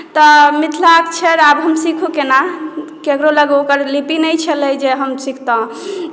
तऽ मिथिलाक्षर आब हम सीखू केना ककरो लग ओकर लिपि नहि छलै जे हम सिखतहुँ